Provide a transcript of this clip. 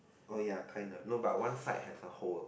oh ya kinda no but one side has a hole